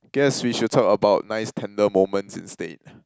guess we should talk about nice tender moments instead